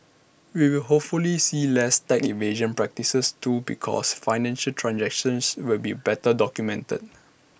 we will hopefully see less tax evasion practices too because financial transactions will be better documented